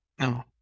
no